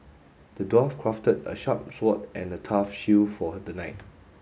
the dwarf crafted a sharp sword and a tough shield for the knight